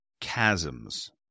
chasms